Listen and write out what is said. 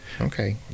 okay